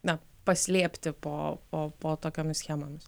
na paslėpti po o po tokiomis schemomis